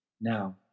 Now